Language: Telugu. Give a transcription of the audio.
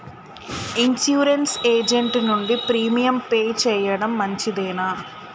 ఇన్సూరెన్స్ ఏజెంట్ నుండి ప్రీమియం పే చేయడం మంచిదేనా?